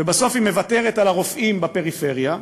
ובסוף היא מוותרת על הרופאים בפריפריה,